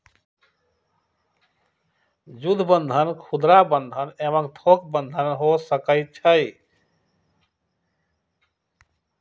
जुद्ध बन्धन खुदरा बंधन एवं थोक बन्धन हो सकइ छइ